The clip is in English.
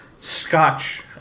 Scotch